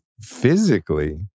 physically